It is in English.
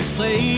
say